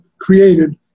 created